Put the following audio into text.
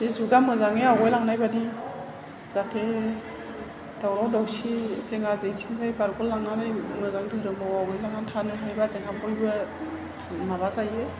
बे जुगा मोजांयै आवगायलांनाय बादि जाहाथे दावराव दावसि जेंना जेंसनिफ्राय बारग'लांनानै मोजांयै मावना थानो हायोबा जोंहा बयबो माबा जायो